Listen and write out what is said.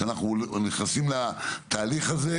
שאנחנו נכנסים לתהליך הזה,